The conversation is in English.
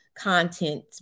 content